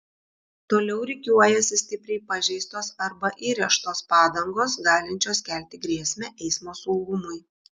toliau rikiuojasi stipriai pažeistos arba įrėžtos padangos galinčios kelti grėsmę eismo saugumui